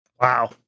Wow